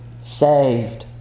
saved